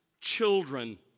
children